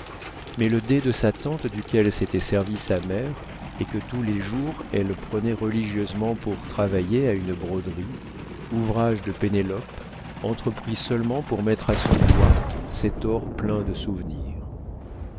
mais le dé de sa tante duquel s'était servie sa mère et que tous les jours elle prenait religieusement pour travailler à une broderie ouvrage de pénélope entrepris seulement pour mettre à son doigt cet or plein de souvenirs